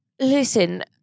Listen